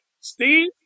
Steve